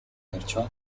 perciò